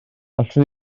allwn